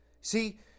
See